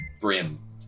brim